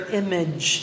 image